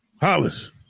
Hollis